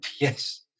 Yes